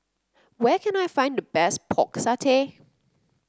where can I find the best Pork Satay